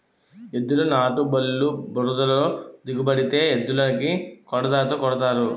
ఎద్దుల నాటుబల్లు బురదలో దిగబడితే ఎద్దులని కొరడాతో కొడతారు